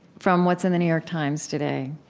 from what's in the new york times today,